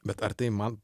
bet ar tai man